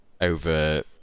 over